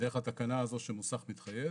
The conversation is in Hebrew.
דרך התקנה הזאת שמוסך מתחייב.